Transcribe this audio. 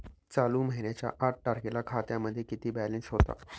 चालू महिन्याच्या आठ तारखेला खात्यामध्ये किती बॅलन्स होता?